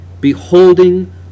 beholding